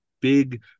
big